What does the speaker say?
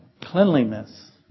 cleanliness